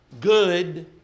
good